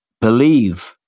believe